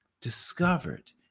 discovered